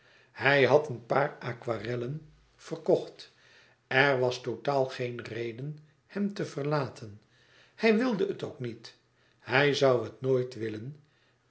hij had een paar aquarellen verkocht er was totaal geen reden hem te verlaten hij wilde het ook niet hij zoû het nooit willen